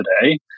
today